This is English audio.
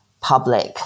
public